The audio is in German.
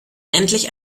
endlich